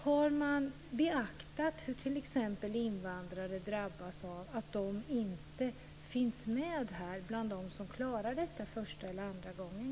Har man beaktat hur t.ex. invandrare drabbas av att kanske inte finnas med bland dem som klarar detta första eller andra gången?